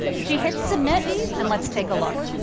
she hits submit and let's take a look.